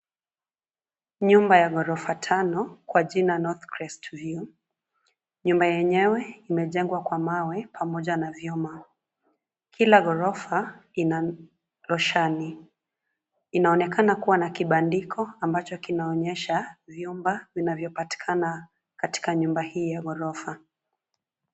Nyumba ya ghorofa tano, kwa jina North Crest View. Nyumba yenyewe imejengwa kwa mawe, pamoja na vyuma. Kila ghorofa ina roshani. Inaonekana kuwa na kibandiko, ambacho kinaonyesha, vyumba vinavyopatikana katika nyumba hii ya ghorofa.